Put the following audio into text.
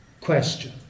question